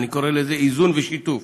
אני קורא לזה איזון ושיתוף,